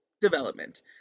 development